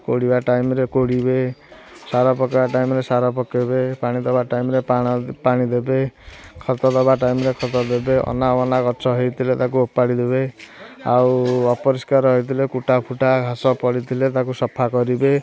କୋଡ଼ିବା ଟାଇମ୍ରେ କୋଡ଼ିବେ ସାର ପକାଇବା ଟାଇମ୍ରେ ସାର ପକାଇବେ ପାଣି ଦେବା ଟାଇମ୍ରେ ପାଣି ଦେବେ ଖତ ଦବା ଟାଇମ୍ରେ ଖତ ଦେବେ ଆଉ ଅନାବନା ଗଛ ହୋଇଥିଲେ ତାକୁ ଉପାଡ଼ି ଦେବେ ଆଉ ଅପରିଷ୍କାର ହୋଇଥିଲେ କୁଟା ଫୁଟା ଘାସ ପଡ଼ିଥିଲେ ତାକୁ ସଫା କରିବେ